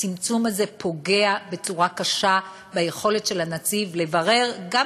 הצמצום הזה פוגע בצורה קשה ביכולת של הנציב לברר גם